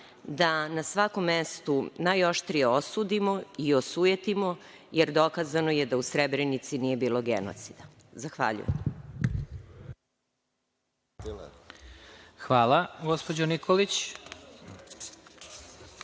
da na svakom mestu najoštrije osudimo i osujetimo, jer dokazano je da u Srebrenici nije bilo genocida. Zahvaljujem. **Vladimir Marinković**